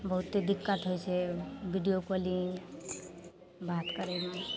बहुते दिक्कत होइ छै विडिओ कॉलिन्ग बात करैमे